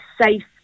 safe